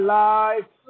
life